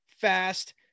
fast